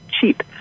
cheap